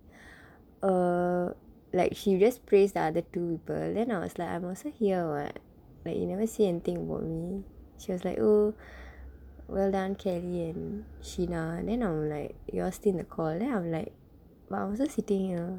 err like she just praised the other two people then I was like I'm also here what like you never say anything about me she was like oh well done kelly and sheena then I'm like we all still in the call then I'm like but I also sitting here